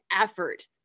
effort